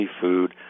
food